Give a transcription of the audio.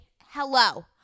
hello